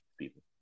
people